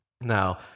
Now